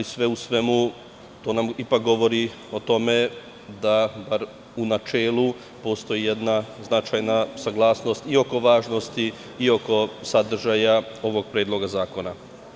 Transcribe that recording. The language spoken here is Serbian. Sve u svemu, to nam ipak govori o tome da bar u načelu postoji jedna značajna saglasnost i oko važnosti i oko sadržaja ovog predloga zakona.